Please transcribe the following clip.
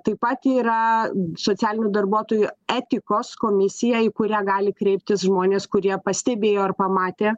taip pat yra socialinių darbuotojų etikos komisija į kurią gali kreiptis žmonės kurie pastebėjo ir pamatė